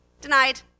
denied